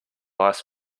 ice